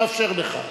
לא אאפשר לך.